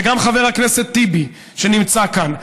וגם חבר הכנסת טיבי שנמצא כאן,